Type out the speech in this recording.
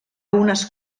unes